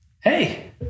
hey